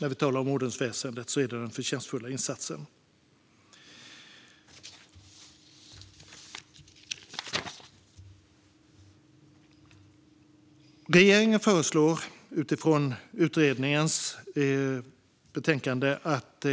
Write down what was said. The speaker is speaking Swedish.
När vi talar om ordensväsendet handlar det om den förtjänstfulla insatsen. Regeringen föreslår utifrån utredningens betänkande att